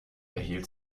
erhielt